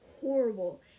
horrible